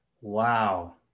wow